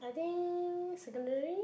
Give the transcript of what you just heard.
I think secondary